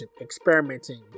experimenting